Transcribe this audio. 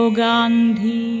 gandhi